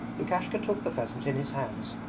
lukashka took the pheasant in his hands.